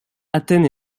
athènes